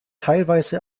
teilweise